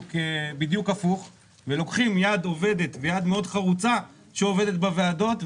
בדיוק הפוך ולוקחים יד מאוד חרוצה שעובדת בוועדות,